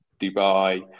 Dubai